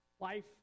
life